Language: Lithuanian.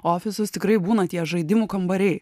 ofisus tikrai būna tie žaidimų kambariai